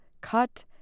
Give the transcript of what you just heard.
cut